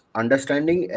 understanding